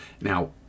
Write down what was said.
Now